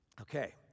Okay